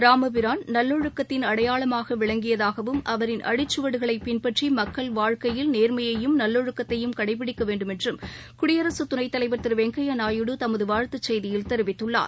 ராமபிரான் நல்லொழுக்கத்தின் அடையாளமாக விளங்கியதாகவும் அவரின் அடிச்சுவடுகளை பின்பற்றி மக்கள் வாழ்க்கையில் நேர்மையையும் நல்லொழுக்கத்தையும் கடைபிடிக்க வேண்டுமென்று குடியரசுத் துணைத்தலைவர் திரு வெங்கையா நாயுடு தமது வாழ்த்துச் செய்தியில் தெரிவித்துள்ளார்